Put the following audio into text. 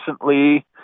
recently